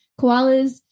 Koalas